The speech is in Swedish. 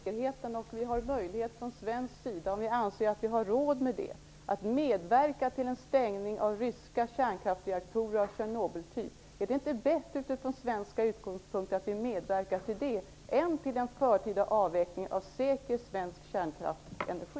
Fru talman! Om det nu gäller säkerheten, och vi från svensk sida anser att vi har råd och möjlighet att medverka till en stängning av ryska kärnkraftsreaktorer av Tjernobyltyp, är det inte bättre från svenska utgångspunkter att vi medverkar till det än till den förtida avvecklingen av säker svensk kärnkraftsenergi?